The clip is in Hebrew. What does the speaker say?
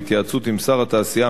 בהתייעצות עם שר התעשייה,